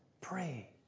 pray